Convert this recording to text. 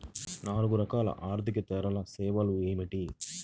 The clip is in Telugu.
నాలుగు రకాల ఆర్థికేతర సేవలు ఏమిటీ?